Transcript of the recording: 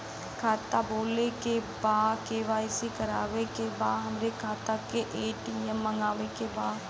खाता खोले के बा के.वाइ.सी करावे के बा हमरे खाता के ए.टी.एम मगावे के बा?